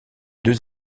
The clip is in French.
deux